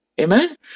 Amen